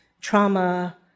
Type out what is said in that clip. trauma